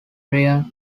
prior